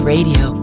Radio